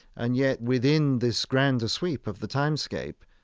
and yet within this grander sweep of the timescape,